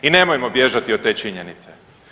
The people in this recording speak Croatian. I nemojmo bježati od te činjenice.